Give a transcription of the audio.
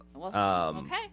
Okay